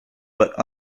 but